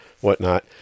whatnot